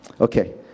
Okay